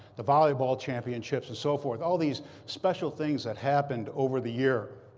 the volleyball championships, and so forth, all these special things that happened over the year.